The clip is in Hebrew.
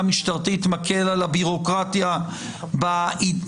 משטרית מקל על הבירוקרטיה בטיפול,